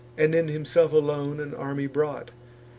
and, in himself alone, an army brought.